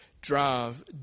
drive